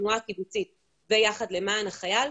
התנועה הקיבוצית ויחד למען החייל,